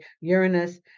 Uranus